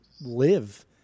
live